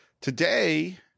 Today